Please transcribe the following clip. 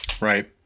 Right